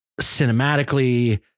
cinematically